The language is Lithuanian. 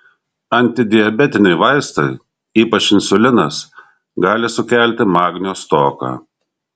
antidiabetiniai vaistai ypač insulinas gali sukelti magnio stoką